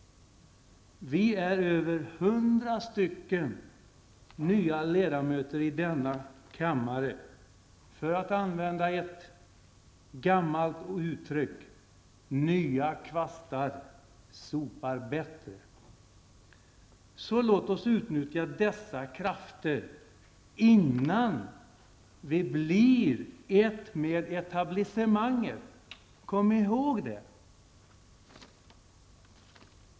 Vi är över 100 nya ledamöter i denna kammare. Ett gammalt uttryck säger att nya kvastar sopar bättre. Låt oss utnyttja dessa krafter innan vi blir ett med etablissemanget. Kom ihåg det!